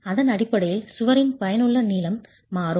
அதன் அடிப்படையில் சுவரின் பயனுள்ள நீளம் மாறும்